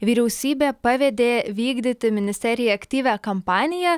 vyriausybė pavedė vykdyti ministerijai aktyvią kampaniją